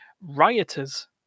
Rioters